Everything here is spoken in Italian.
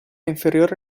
inferiore